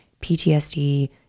PTSD